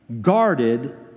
guarded